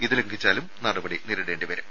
ഇത് ലംഘിച്ചാൽ നടപടി നേരിടേണ്ടിവരും